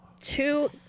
two